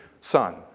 Son